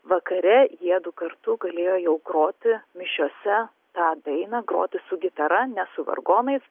vakare jiedu kartu galėjo jau groti mišiose tą dainą groti su gitara ne su vargonais